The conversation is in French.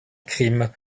crime